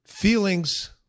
Feelings